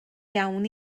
iawn